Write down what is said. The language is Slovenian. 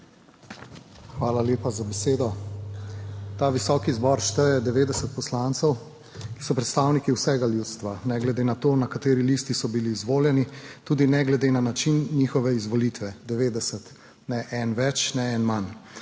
Hvala lepa za besedo. Ta visoki zbor šteje 90 poslancev, ki so predstavniki vsega ljudstva, ne glede na to, na kateri listi so bili izvoljeni, tudi ne glede na način njihove izvolitve. 90, ne en več, ne en manj.